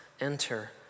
enter